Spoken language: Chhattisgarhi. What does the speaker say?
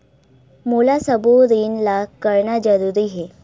मोला सबो ऋण ला करना जरूरी हे?